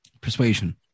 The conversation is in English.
Persuasion